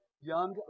Young